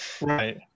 Right